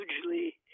hugely